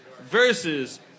versus